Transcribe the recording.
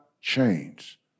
change